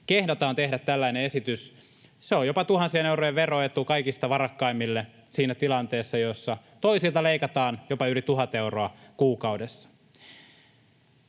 kehdataan tehdä tällainen esitys. Se on jopa tuhansien eurojen veroetu kaikista varakkaimmille siinä tilanteessa, jossa toisilta leikataan jopa yli tuhat euroa kuukaudessa.